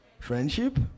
friendship